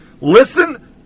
Listen